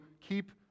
keep